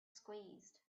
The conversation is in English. squeezed